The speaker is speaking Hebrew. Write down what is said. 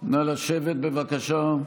נא לשבת, בבקשה.